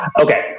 Okay